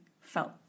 felt